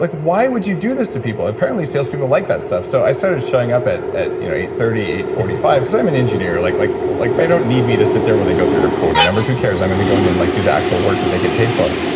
like why would you do this to people? apparently salespeople like that stuff. so, i started showing up at at you know eight thirty, eight forty five, because i'm an engineer. like like like they don't need me to sit there while they go through their quota numbers. who cares? i'm going to go in and like do the actual work that they get paid for.